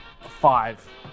five